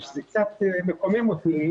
ושזה קצת מקומם אותי,